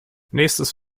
nächstes